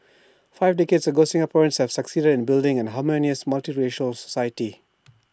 five decades ago Singaporeans have succeeded in building A harmonious multiracial society